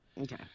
Okay